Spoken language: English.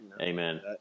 Amen